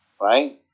right